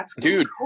Dude